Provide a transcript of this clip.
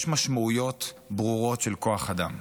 יש משמעויות ברורות של כוח אדם.